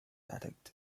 addict